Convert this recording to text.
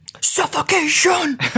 Suffocation